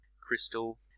crystal